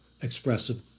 expressive